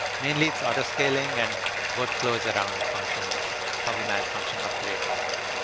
mainly, it's auto-scaling and workflows around functions. how we manage function upgrades and so on.